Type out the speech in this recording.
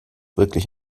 wirklich